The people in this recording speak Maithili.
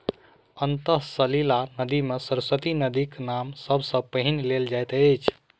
अंतः सलिला नदी मे सरस्वती नदीक नाम सब सॅ पहिने लेल जाइत अछि